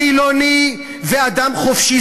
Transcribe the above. חילוני זה אדם חופשי.